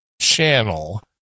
channel